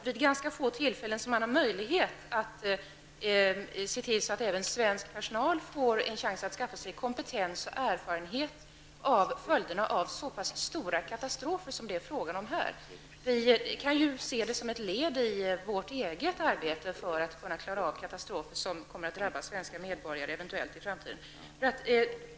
Vid få tillfällen får även svensk personal en chans att skaffa sig kompetens och erfarenhet av följderna av så stora katastrofer som det är fråga om här. Vi kan se det som ett led i vårt eget arbete för att kunna klara av eventuella katastrofer som kan drabba svenska medborgare i framtiden.